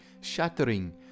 shattering